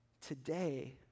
today